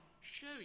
show